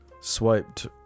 swiped